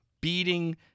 beating